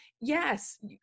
yes